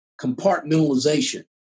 compartmentalization